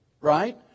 right